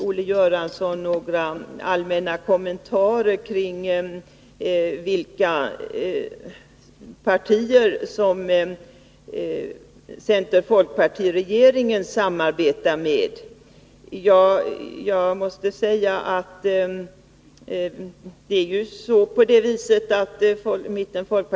Olle Göransson gjorde några allmänna kommentarer beträffande vilka partier som center-folkparti-regeringen samarbetar med.